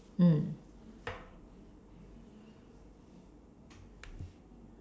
mm